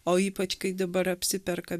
o ypač kai dabar apsiperka